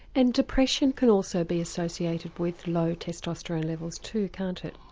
and depression can also be associated with low testosterone levels too can't it?